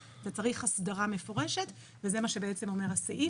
אתה צריך הסדרה מפורשת וזה מה שבעצם אומר הסעיף